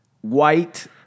white